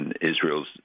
Israel's